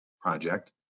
project